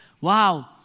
Wow